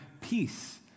peace